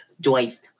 Joyce